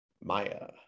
Maya